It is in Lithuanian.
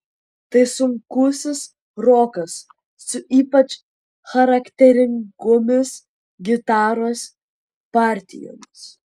tai sunkusis rokas su ypač charakteringomis gitaros partijomis